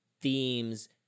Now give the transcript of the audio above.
themes